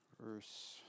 verse